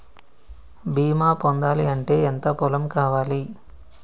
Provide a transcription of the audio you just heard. బీమా పొందాలి అంటే ఎంత పొలం కావాలి?